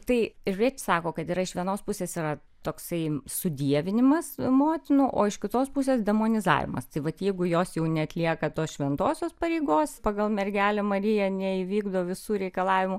tai ir reit sako kad yra iš vienos pusės yra toksai sudievinimas motinų o iš kitos pusės demonizavimas tai vat jeigu jos jau neatlieka tos šventosios pareigos pagal mergelę mariją neįvykdo visų reikalavimų